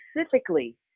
specifically